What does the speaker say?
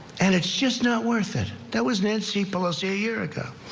and it's just not worth it that was nancy pelosi a year.